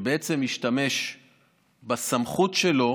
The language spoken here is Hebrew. שבעצם השתמש בסמכות שלו